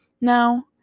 now